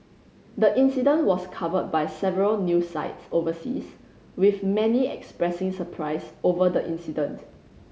the incident was covered by several news sites overseas with many expressing surprise over the incident